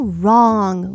wrong